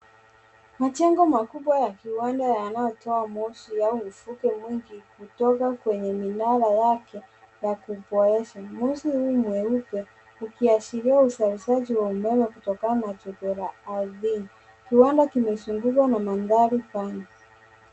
Majengo makubwa ya kiwanda yanayotoa moshi au mvuke mwingi kutoka kwenye minara yake na kupoeza. Moshi huu mweupe ukiashiria uzalishaji wa umeme kutokana na joto ardhi. Kiwanda kimezungukwa na mandhari pana.